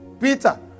Peter